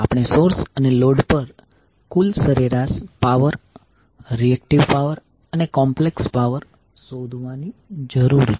આપણે સોર્સ અને લોડ પર કુલ સરેરાશ પાવર રિએક્ટિવ પાવર અને કોમ્પ્લેક્સ પાવર શોધવાની જરૂર છે